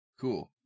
Cool